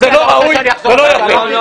זה לא ראוי ולא יפה.